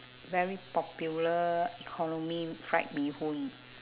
very popular economy fried bee hoon